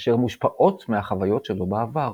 אשר מושפעות מהחוויות שלו בעבר.